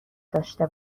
داشته